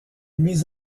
mise